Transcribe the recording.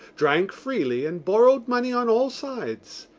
drank freely and borrowed money on all sides.